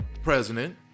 President